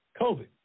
COVID